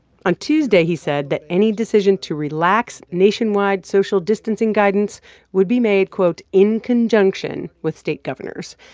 on tuesday, he said that any decision to relax nationwide social distancing guidance would be made, quote, in conjunction with state governors,